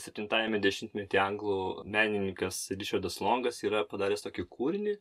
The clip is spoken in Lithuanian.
septintajame dešimtmetyje anglų menininkas ričerdas longas yra padaręs tokį kūrinį